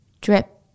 Drip